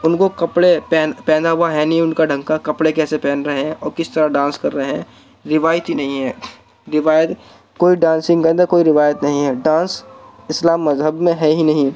ان کو کپڑے پہن پہنا ہوا ہے نہیں ان کا ڈھنگ کا کپڑے کیسے پہن رہے ہیں اور کس طرح ڈانس کر رہے ہیں روایتی نہیں ہے روایت کوئی ڈانسنگ کے اندر کوئی روایت نہیں ہے ڈانس اسلام مذہب میں ہے ہی نہیں